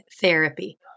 therapy